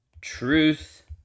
Truth